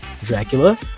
Dracula